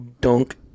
dunk